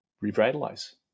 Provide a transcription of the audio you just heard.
revitalize